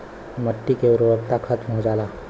मट्टी के उर्वरता खतम हो जाला